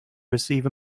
receive